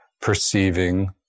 perceiving